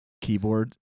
keyboard